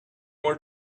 more